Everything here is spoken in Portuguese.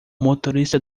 motorista